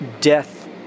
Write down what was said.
death